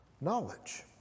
knowledge